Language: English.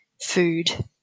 food